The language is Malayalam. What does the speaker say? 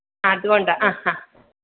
ആഹ് അതുകൊണ്ടാ ആഹ് ആഹ്